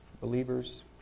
believers